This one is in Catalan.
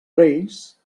reis